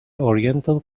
oriental